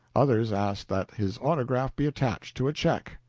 others asked that his autograph be attached to a check.